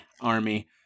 Army